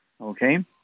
Okay